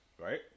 Right